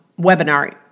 webinar